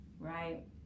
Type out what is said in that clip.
Right